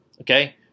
Okay